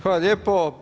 Hvala lijepo.